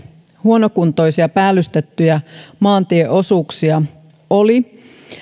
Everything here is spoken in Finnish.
huonokuntoisia päällystettyjä maantieosuuksia oli